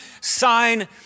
sign